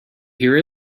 hear